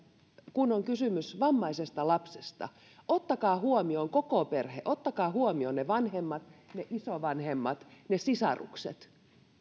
kun on kysymys vammaisesta lapsesta tulee ottaa huomioon koko perhe tulee ottaa huomioon ne vanhemmat ne isovanhemmat ne sisarukset